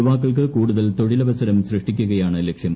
യുവാക്കൾക്ക് കൂടുതൽ തൊഴിലവസരം സൃഷ്ടിക്കുകയാണ് ലക്ഷ്യം